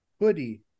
Hoodie